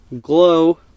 Glow